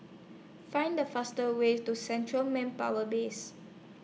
Find The fastest Way to Central Manpower Base